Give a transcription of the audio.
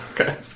Okay